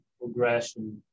progression